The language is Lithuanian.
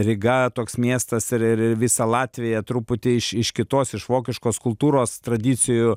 ryga toks miestas ir ir ir visa latvija truputį iš iš kitos iš vokiškos kultūros tradicijų